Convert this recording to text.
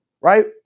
Right